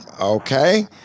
okay